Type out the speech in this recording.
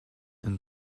and